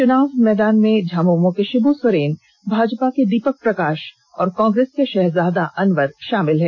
चुनाव मैदान में झामुमो के षिब्र सोरेन भाजपा के दीपक प्रकाष और कांग्रेस के शहजादा अनवर शामिल हैं